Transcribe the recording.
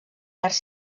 arts